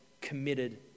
committed